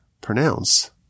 pronounce